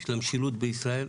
של המשילות בישראל,